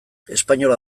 espainola